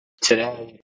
today